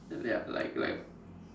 yup like like